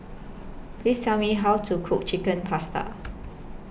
Please Tell Me How to Cook Chicken Pasta